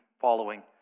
following